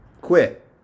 quit